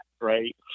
right